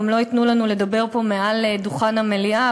לא ייתנו לנו לדבר פה מעל דוכן המליאה,